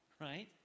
right